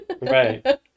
Right